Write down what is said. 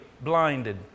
blinded